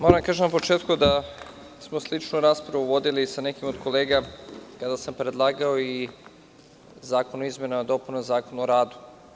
Moram da vam kažem da smo sličnu raspravu vodili sa nekim od kolega kada sam predlagao i Zakon o izmenama i dopunama Zakona o radu.